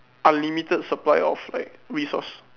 unlimited supply of like resource